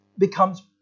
Becomes